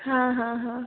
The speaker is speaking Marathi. हां हां हां